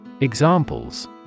Examples